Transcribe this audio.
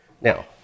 Now